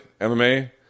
MMA